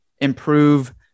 improve